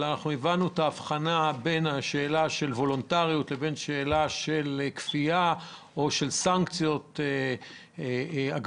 אבל הבנו את ההבחנה בין השאלה של וולונטריות לעומת כפייה או סנקציות כגון